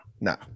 No